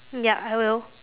ya I will